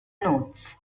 notes